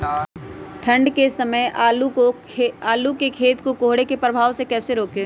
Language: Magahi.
ठंढ के समय आलू के खेत पर कोहरे के प्रभाव को कैसे रोके?